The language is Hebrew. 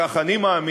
כך אני מאמין,